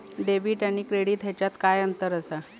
Debit आणि credit ह्याच्यात काय अंतर असा?